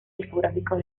discográficos